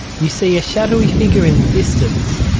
you see a shadowy figure in the distance.